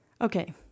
Okay